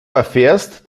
erfährst